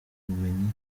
ubumenyi